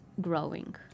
growing